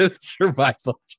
survival